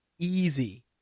easy